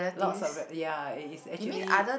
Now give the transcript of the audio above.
lots of rel~ ya it's actually